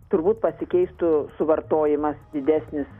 turbūt pasikeistų suvartojimas didesnis